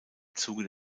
zuge